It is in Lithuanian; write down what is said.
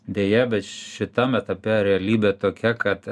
deja bet šitam etape realybė tokia kad